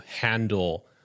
handle